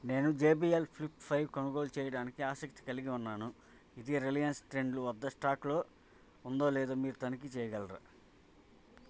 నేను JBL flip five కొనుగోలు చెయ్యడానికి ఆసక్తి కలిగి ఉన్నాను ఇది రిలయన్స్ ట్రెండు వద్ద స్టాక్లో ఉందో లేదో మీరు తనిఖీ చెయ్యగలరా